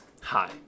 Hi